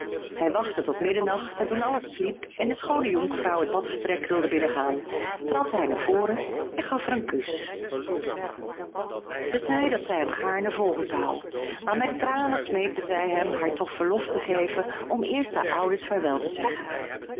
hij wachtte tot middernacht en toen alles sliep en de schoone jonkvrouw het badvertrek wilde binnengaan trad hij naar voren en gaf haar een kus zij zeide dat zij hem gaarne volgen zou maar met tranen smeekte zij hem haar toch verlof te geven om eerst haar ouders vaarwel te zeggen